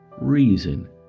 reason